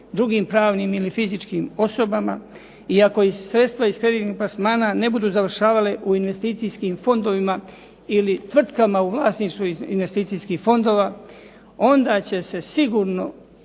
drugim pravnim ili fizičkim osobama i ako iz sredstva iz kreditnih plasmana ne budu završavale u investicijskim fondovima ili tvrtkama u vlasništvu investicijskih fondova onda će se sigurno